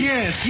Yes